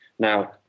Now